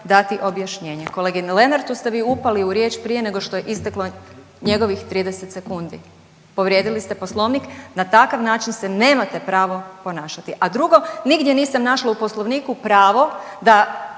dati objašnjenje. Kolegi Lenartu ste vi upali u riječ prije nego što je isteklo njegovih 30 sekundi, povrijedili ste poslovnik, na takav način se nemate pravo ponašati. A drugo, nigdje nisam našla u poslovniku pravo da